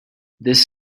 this